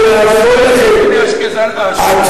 אם תמשיך עם קריאות הביניים, הוא ירוויח עוד דקה.